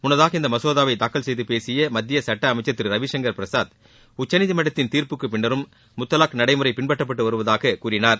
முன்னதாக இந்த மசோதாவை தாக்கல் செய்து பேசிய மத்திய சுட்ட அமைச்சர் திரு ரவிங்கர் பிரசாத் உச்சநீதிமன்றத்தின் தீர்ப்புக்கு பின்னரும் முத்தலாக் நடைமுறை பின்பற்றப்பட்டு வருவதாக கூறினார்